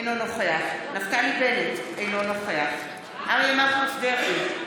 אינו נוכח נפתלי בנט, אינו נוכח אריה מכלוף דרעי,